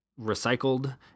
recycled